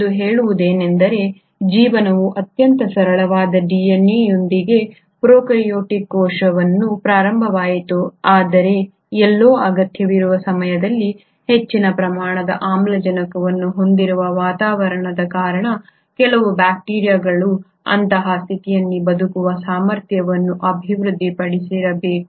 ಅದು ಹೇಳುವುದೇನೆಂದರೆ ಜೀವನವು ಅತ್ಯಂತ ಸರಳವಾದ DNA ಯೊಂದಿಗೆ ಪ್ರೊಕಾರ್ಯೋಟಿಕ್ ಕೋಶವಾಗಿ ಪ್ರಾರಂಭವಾಯಿತು ಆದರೆ ಎಲ್ಲೋ ಅಗತ್ಯವಿರುವ ಸಮಯದಲ್ಲಿ ಹೆಚ್ಚಿನ ಪ್ರಮಾಣದ ಆಮ್ಲಜನಕವನ್ನು ಹೊಂದಿರುವ ವಾತಾವರಣದ ಕಾರಣ ಕೆಲವು ಬ್ಯಾಕ್ಟೀರಿಯಾಗಳು ಅಂತಹ ಸ್ಥಿತಿಯಲ್ಲಿ ಬದುಕುವ ಸಾಮರ್ಥ್ಯವನ್ನು ಅಭಿವೃದ್ಧಿಪಡಿಸಿರಬೇಕು